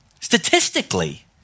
Statistically